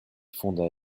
fonda